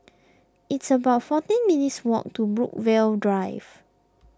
it's about fourteen minutes' walk to Brookvale Drive